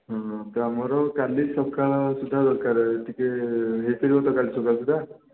ହଁ ତ ଆମର କାଲି ସକାଳ ସୁଦ୍ଧା ଦରକାର ଟିକେ ହେଇ ପାରିବ ତ କାଲି ସକାଳ ସୁଦ୍ଧା